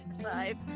Five